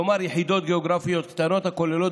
כלומר יחידות גיאוגרפיות קטנות הכוללות